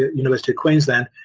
university of queensland,